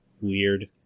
Weird